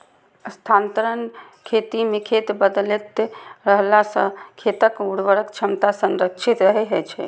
स्थानांतरण खेती मे खेत बदलैत रहला सं खेतक उर्वरक क्षमता संरक्षित रहै छै